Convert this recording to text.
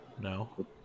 No